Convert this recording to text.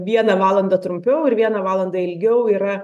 vieną valandą trumpiau ir vieną valandą ilgiau yra